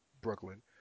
Brooklyn